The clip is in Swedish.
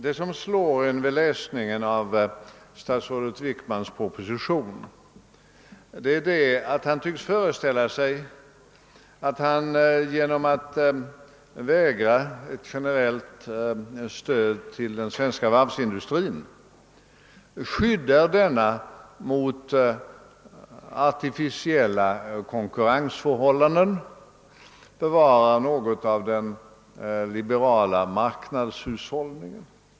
En sak som slår en vid läsning av statsrådet Wickmans proposition är att han tycks föreställa sig att han genom att vägra ett generellt stöd till den svenska varvsindustrin skyddar denna mot artificiella konkurrensförhållanden och bevarar något av den liberala marknadshushållningen.